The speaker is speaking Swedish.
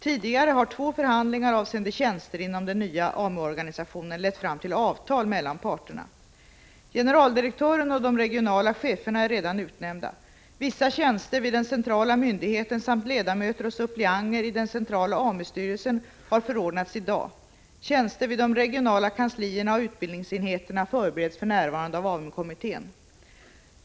Tidigare har två förhandlingar avseende tjänster inom den nya AMU-organisationen lett fram till avtal mellan parterna. Generaldirektören och de regionala cheferna är redan utnämnda. Vissa tjänster vid den centrala myndigheten samt ledamöter och suppleanter i den centrala AMU-styrelsen har förordnats i dag. Tjänster vid de regionala kanslierna och utbildningsenheterna förbereds för närvarande av AMU kommittén.